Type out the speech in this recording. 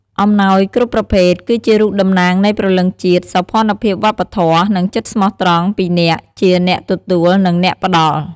អំណោយគ្រប់ប្រភេទ គឺជារូបតំណាងនៃព្រលឹងជាតិ សោភ័ណភាពវប្បធម៌ និងចិត្តស្មោះត្រង់ពីអ្នកជាអ្នកទទួល និងអ្នកផ្ដល់។